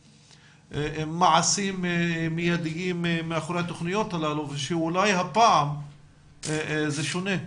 מעשים מידיים מאחורי התוכניות הללו ושאולי הפעם זה שונה.